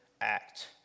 act